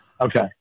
Okay